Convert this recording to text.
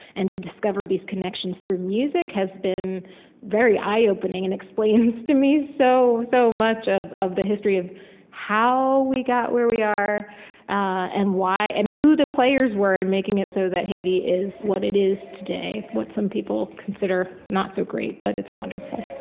and to discover these connections through music, has been very eye-opening and explains to me so, so much of of the history of how we got where we are and why, and who the players were in making it so that haiti is what it is today what some people consider not-so-great, but it's wonderful